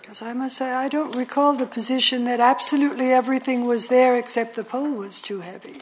so i must say i don't recall the position that absolutely everything was there except the poem was too heavy